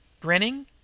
Grinning